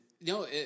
No